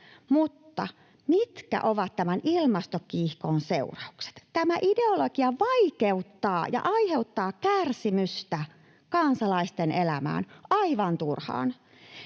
mutta mitkä ovat tämän ilmastokiihkon seuraukset? Tämä ideologia vaikeuttaa kansalaisten elämää ja aiheuttaa